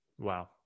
Wow